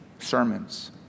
sermons